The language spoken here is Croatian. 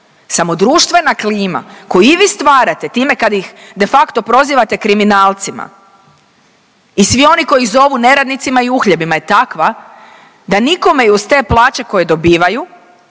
Samo društvena klima koju i vi stvarate time kada ih de facto prozivate kriminalcima i svi oni koji ih zovu neradnicima i uhljebima je takva da nikome i uz te plaće koje dobivaju